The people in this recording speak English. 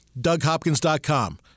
DougHopkins.com